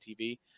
TV